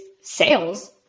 sales